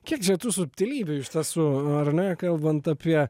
kiek čia tų subtilybių iš tiesų ar ne kalbant apie